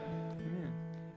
Amen